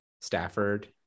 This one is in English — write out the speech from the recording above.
Stafford